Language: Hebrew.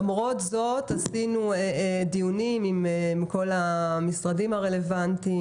למרות זאת עשינו דיונים עם כל המשרדים הרלוונטיים